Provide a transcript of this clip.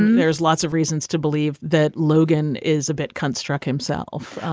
there's lots of reasons to believe that logan is a bit cunt struck himself.